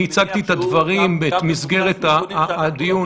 הצגתי את הדברים ואת מסגרת הדיון.